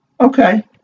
Okay